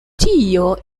tio